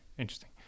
Interesting